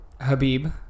Habib